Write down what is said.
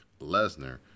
Lesnar